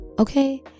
okay